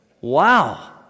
Wow